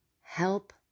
help